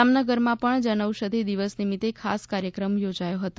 જામનગરમાં પણ જન ઔષધિ દિવસ નિમિત્તે ખાસ કાર્યક્રમ યોજાયો હતો